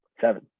seven